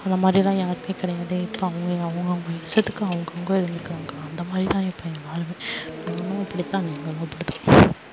அந்த மாதிரிலாம் யாருமே கிடையாது இப்போ அவங்கவுங்க இஸ்டத்துக்கு அவங்கவுங்க இருக்காங்கள் அந்த மாதிரி தான் இப்போ எல்லாருமே நானும் அப்படி தான் நீங்களும் அப்படி தான்